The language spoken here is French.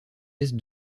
est